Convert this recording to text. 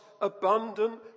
abundant